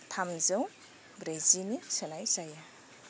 थामजौ ब्रैजिनि सोनाय जायो